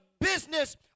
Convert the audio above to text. business